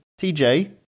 TJ